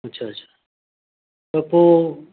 अच्छा अच्छा त पोइ